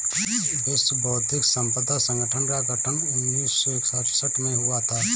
विश्व बौद्धिक संपदा संगठन का गठन उन्नीस सौ सड़सठ में हुआ था